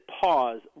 pause